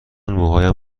موهایم